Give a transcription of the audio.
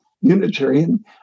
Unitarian